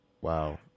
wow